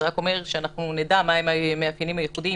זה רק אומר שאנחנו נדע מה הם המאפיינים הייחודיים,